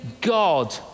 God